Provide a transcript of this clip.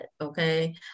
Okay